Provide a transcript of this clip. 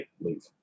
leave